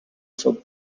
for